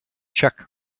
czech